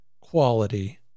quality